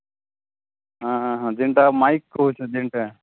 ହଁ ଯେଉଁଟା ମାଇକ୍ କହୁଛ ଯେଉଁଟା